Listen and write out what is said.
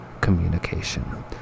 communication